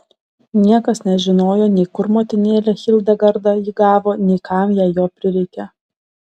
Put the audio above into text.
niekas nežinojo nei kur motinėlė hildegarda jį gavo nei kam jai jo prireikė